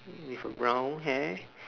with a brown hair